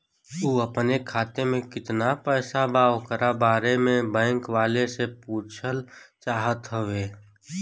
उ अपने खाते में कितना पैसा बा ओकरा बारे में बैंक वालें से पुछल चाहत हवे?